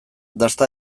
dasta